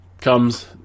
comes